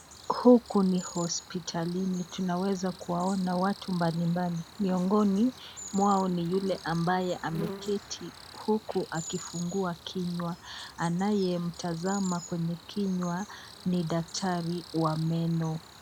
Huku ni hospitalini, tunaweza kuwaona watu mbali mbali, miongoni mwao ni yule ambaye ameketi huku akifungua kinywa, anayemtazama kwenye kinywa ni daktari wa meno.